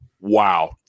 Wow